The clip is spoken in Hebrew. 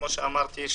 כמו שאמרתי,